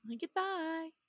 Goodbye